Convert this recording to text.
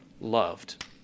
loved